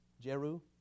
Jeru